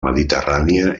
mediterrània